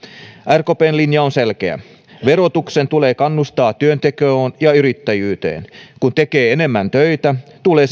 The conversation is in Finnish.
rkpn linja on selkeä verotuksen tulee kannustaa työntekoon ja yrittäjyyteen kun tekee enemmän töitä tulee